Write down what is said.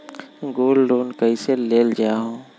Gold loan कईसे लेल जाहु?